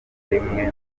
rimwe